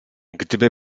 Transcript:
gdyby